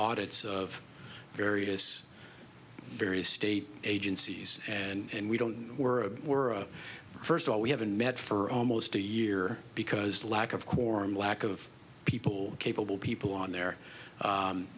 audits of various various state agencies and we don't we're a were first of all we haven't met for almost a year because lack of quorum lack of people capable people on there